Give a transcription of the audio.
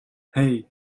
hey